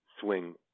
swing